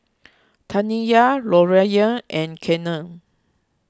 Taniyah Lorayne and Kenan